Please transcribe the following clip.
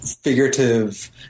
figurative